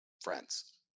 friends